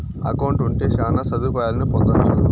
account ఉంటే శ్యాన సదుపాయాలను పొందొచ్చు